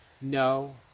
No